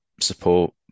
support